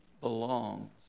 belongs